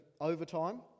overtime